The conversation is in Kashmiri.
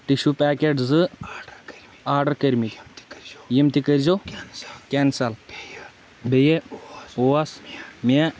ٹِشوٗ پیکٮ۪ٹ زٕ آرڈر کٔرۍمٕتۍ یِم تہِ کٔرۍزیٚو کینسَل بیٚیہِ اوس مےٚ